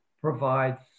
provides